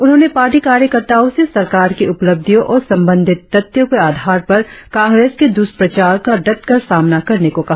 उन्होंने पार्टी कार्यकर्ताओं से सरकार की उपलब्धियों और संबंधित तथ्यों के आधार पर कांग्रेस के दुष्प्रचार का डटकर सामना करने को कहा